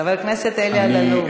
חבר הכנסת אלי אלאלוף.